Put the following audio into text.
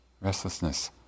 restlessness